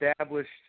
established